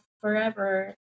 forever